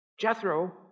Jethro